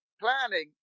planning